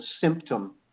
symptom